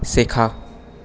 শেখা